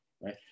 right